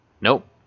Nope